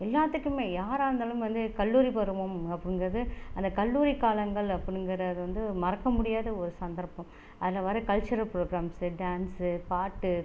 எல்லாத்துக்குமே யாராக இருந்தாலும் வந்து கல்லூரி பருவம் அப்படிங்கிறது அந்த கல்லூரி காலங்கள் அப்படிங்கிறது வந்து மறக்க முடியாத ஒரு சந்தர்ப்பம் அதில் வர கல்சுரல் ப்ரோக்ராம்ஸ் டான்ஸ்சு பாட்டு